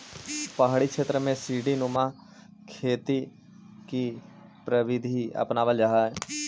पहाड़ी क्षेत्रों में सीडी नुमा खेती की प्रविधि अपनावाल जा हई